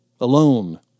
alone